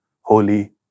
Holy